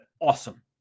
awesome